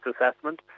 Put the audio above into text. assessment